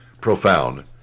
profound